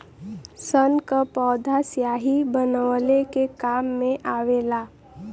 सन क पौधा स्याही बनवले के काम मे आवेला